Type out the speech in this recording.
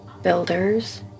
Builders